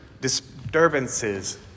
disturbances